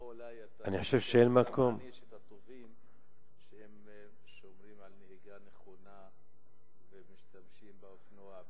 או אולי אתה תעניש את הטובים ששומרים על נהיגה נכונה ומשתמשים באופנוע,